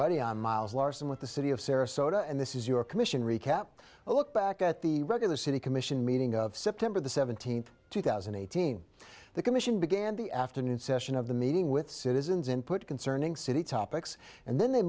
everybody i'm miles larsen with the city of sarasota and this is your commission recap a look back at the regular city commission meeting of september the seventeenth two thousand and eighteen the commission began the afternoon session of the meeting with citizens input concerning city topics and then they